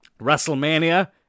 WrestleMania